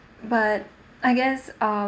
but I guess uh